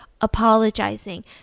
apologizing